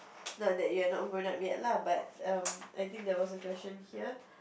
no that you're not grown up yet lah but um I think there was a question here